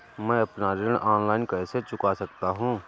मैं अपना ऋण ऑनलाइन कैसे चुका सकता हूँ?